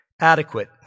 Adequate